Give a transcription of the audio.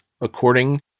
according